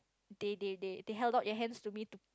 they they they they held out their hands to me to